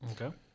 Okay